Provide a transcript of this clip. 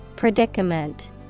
Predicament